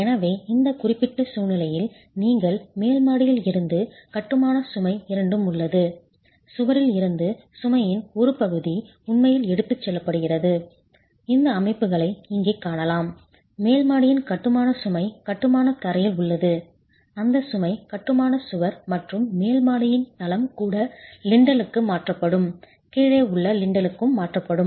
எனவே இந்த குறிப்பிட்ட சூழ்நிலையில் நீங்கள் மேல் மாடியில் இருந்து கட்டுமான சுமை இரண்டும் உள்ளது சுவரில் இருந்து சுமையின் ஒரு பகுதி உண்மையில் எடுத்துச் செல்லப்படுகிறது இந்த அம்புகளை இங்கே காணலாம் மேல் மாடியின் கட்டுமான சுமை கட்டுமான தரையில் உள்ளது அந்த சுமை கட்டுமான சுவர் மற்றும் மேல் மாடியின் தளம் கூட லிண்டலுக்கு மாற்றப்படும் கீழே உள்ள லிண்டலுக்கும் மாற்றப்படும்